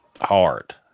hard